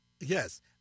Yes